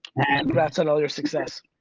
congrats on all your success.